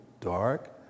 dark